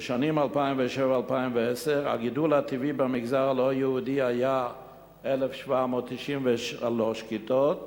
בשנים 2007 2010 הגידול הטבעי במגזר הלא-יהודי היה 1,793 כיתות תקן,